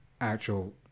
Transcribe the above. actual